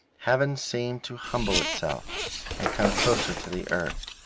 heaven seemed to humble itself and come closer to the earth.